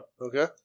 Okay